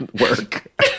work